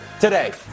today